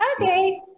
okay